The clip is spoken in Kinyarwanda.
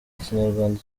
ikinyarwanda